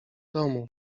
domu